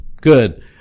Good